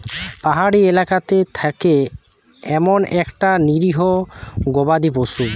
পাহাড়ি এলাকাতে থাকে এমন একটা নিরীহ গবাদি পশু